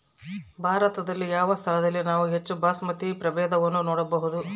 ಭಾರತದಲ್ಲಿ ಯಾವ ಸ್ಥಳದಲ್ಲಿ ನಾವು ಹೆಚ್ಚು ಬಾಸ್ಮತಿ ಪ್ರಭೇದವನ್ನು ನೋಡಬಹುದು?